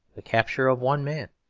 the capture of one man,